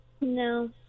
No